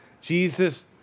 Jesus